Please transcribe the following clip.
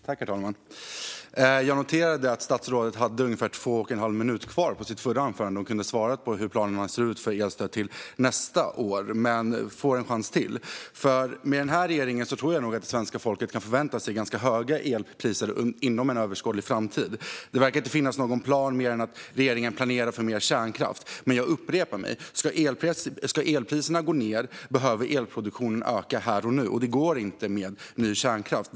Herr talman! Jag noterade att statsrådet hade ungefär två och en halv minut kvar på sitt förra anförande och hade kunnat svara på hur planerna ser ut för elstöd till nästa år. Hon får en chans till. Med den här regeringen tror jag nog att svenska folket kan förvänta sig ganska höga elpriser under en överskådlig framtid. Det verkar inte finnas någon plan, mer än att regeringen planerar för mer kärnkraft. Men jag upprepar: Om elpriserna ska gå ned behöver elproduktionen öka här och nu. Det går inte med ny kärnkraft.